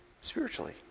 Spiritually